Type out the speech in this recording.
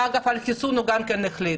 ואגב על חיסון הוא גם החליט.